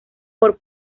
por